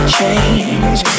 change